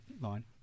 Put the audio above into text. line